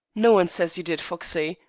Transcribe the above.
no one says you did, foxey,